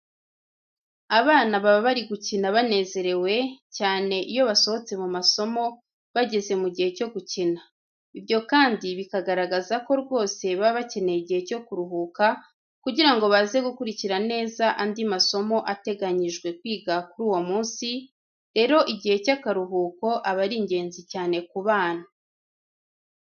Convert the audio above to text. Abana baba bari gukina banezerewe, cyane iyo basohotse mu masomo bageze mu gihe cyo gukina. Ibyo kandi bikagaragaza ko rwose baba bakeneye igihe cyo kuruhuka kugira ngo baze gukurikirana neza andi masomo ateganyijwe kwiga kuri uwo munsi, rero igihe cy'akaruhuko aba ari ingenzi cyane ku bana.